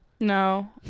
no